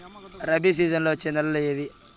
రబి సీజన్లలో వచ్చే నెలలు ఏవి?